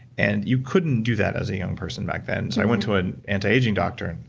and you couldn't do that as a young person back then, so i went to an anti-aging doctor, and